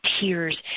tears